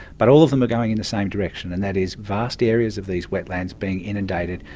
but all of them are going in the same direction, and that is, vast areas of these wetlands being inundated,